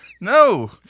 No